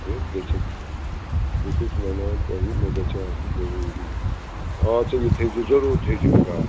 ہے بٔے چھُس بہٕ چھُس وَنان تۄہہِ مےٚ گژھہِ آسُن ضروٗری ادٕ سا یہِ تھٲیزِ ضروٗر تھٲیزِ مےٚ گاڈ